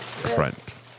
Trent